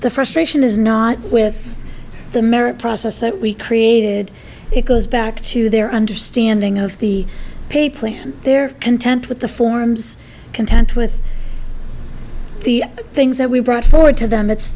the frustration is not with the merit process that we created it goes back to their understanding of the pay plan their content with the forms content with the things that we brought forward to them it's